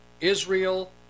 Israel